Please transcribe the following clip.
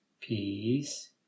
peace